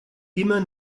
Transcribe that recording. immer